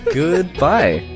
goodbye